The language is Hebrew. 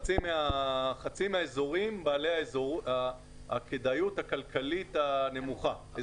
חצי מהאזורים בעלי הכדאיות הכלכלית הנמוכה.